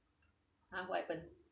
hor what happened